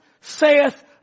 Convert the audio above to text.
saith